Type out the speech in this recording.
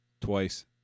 twice